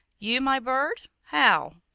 you, my bird how?